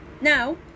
now